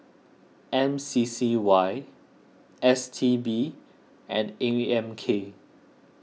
M C C Y S T B and A M K